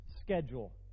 schedule